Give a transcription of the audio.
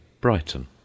Brighton